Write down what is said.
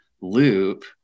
loop